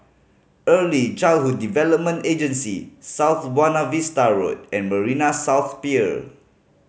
Early Childhood Development Agency South Buona Vista Road and Marina South Pier